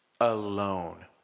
alone